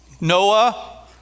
Noah